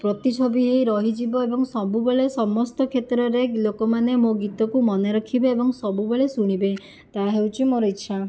ପ୍ରତିଛବି ହୋଇ ରହିଯିବ ଏବଂ ସବୁବେଳେ ସମସ୍ତ କ୍ଷେତ୍ରରେ ଲୋକମାନେ ମୋ' ଗୀତକୁ ମନେ ରଖିବେ ଏବଂ ସବୁବେଳେ ଶୁଣିବେ ତାହା ହେଉଛି ମୋର ଇଚ୍ଛା